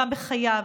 גם בחייו,